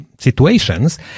situations